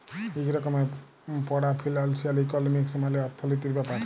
ইক রকমের পড়া ফিলালসিয়াল ইকলমিক্স মালে অথ্থলিতির ব্যাপার